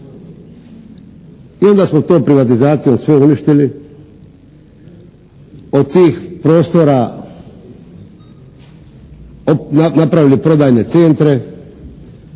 I onda smo to privatizacijom sve uništili, od tih prostora napravili prodajne centre